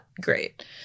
great